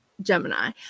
Gemini